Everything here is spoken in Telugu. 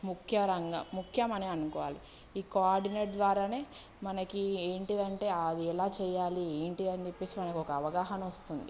ముఖ్య రంగం ముఖ్యమని అనుకోవాలి ఈ కోఆర్డినేట్ ద్వారానే మనకి ఏంటిదంటే అది ఎలా చేయాలి ఏంటి అని చెప్పేసి మనకొక అవగాహన వస్తుంది